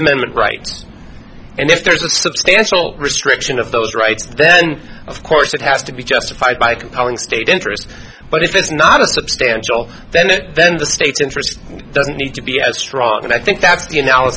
amendment rights and if there's a substantial restriction of those rights then of course it has to be justified by compelling state interest but if it's not a substantial then it then the state's interest doesn't need to be as strong and i think that's you know